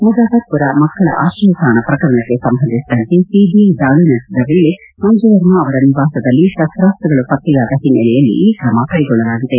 ಮುಜಫರ್ಪುರ ಮಕ್ಕಳ ಆಶ್ರಯ ತಾಣ ಪ್ರಕರಣಕ್ಕೆ ಸಂಬಂಧಿಸಿದಂತೆ ಸಿಬಿಐ ದಾಳಿ ನಡೆಸಿದ ವೇಳಿ ಮಂಜು ವರ್ಮ ಅವರ ನಿವಾಸದಲ್ಲಿ ಶಸ್ವಾಸ್ತ್ರಗಳು ಪತ್ತೆಯಾದ ಹಿನ್ನೆಲೆಯಲ್ಲಿ ಈ ಕ್ರಮ ಕೈಗೊಳ್ಳಲಾಗಿದೆ